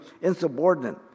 insubordinate